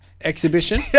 Exhibition